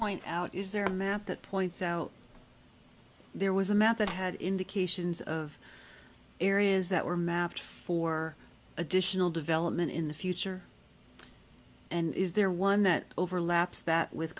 point out is there a map that points out there was a map that had indications of areas that were mapped for additional development in the future and is there one that overlaps that with